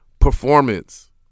performance